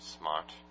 smart